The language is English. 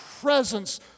presence